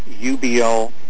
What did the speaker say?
UBL